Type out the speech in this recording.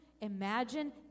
imagine